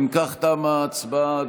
אם כך, תמה ההצבעה.